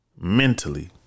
Mentally